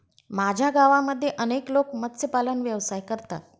माझ्या गावामध्ये अनेक लोक मत्स्यपालन व्यवसाय करतात